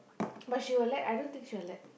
but she will let I don't think she will let